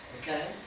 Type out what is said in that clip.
okay